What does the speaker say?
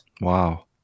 Wow